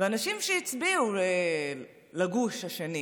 ואנשים שהצביעו לגוש השני